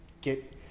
get